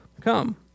come